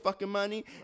money